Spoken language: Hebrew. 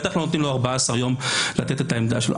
בטח לו נותנים לו 14 יום לתת את העמדה שלו.